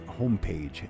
homepage